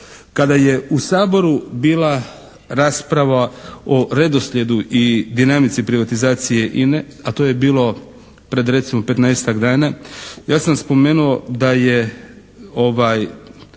Kada je u Saboru bila rasprava o redoslijedu i dinamici privatizacije INA-e, a to je bilo pred recimo 15-ak dana, ja sam spomenuo da je,